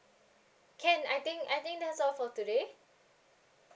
can I think I think that's all for today